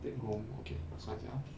take home okay 算一下 ah